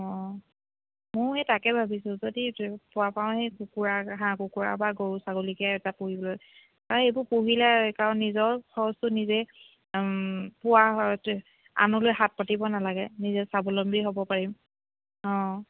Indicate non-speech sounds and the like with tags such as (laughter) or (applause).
অ মইও এই তাকেই ভাবিছোঁ যদি (unintelligible) পাওঁ সেই কুকুৰা হাঁহ কুকুৰা বা গৰু ছাগলীকে এটা পুহিলে কাৰণ এইবোৰ পুহিলে কাৰণ নিজৰ খৰচটো নিজে পোৱা হয় আনলৈ হাত পাতিব নালাগে নিজে স্বাৱলম্বী হ'ব পাৰিম অ